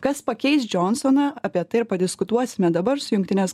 kas pakeis džionsoną apie tai ir padiskutuosime dabar su jungtinės